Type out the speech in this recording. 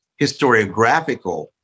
historiographical